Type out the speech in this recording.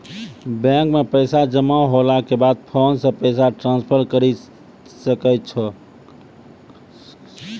bank मे पैसा जमा होला के बाद फोन से पैसा ट्रांसफर करै सकै छौ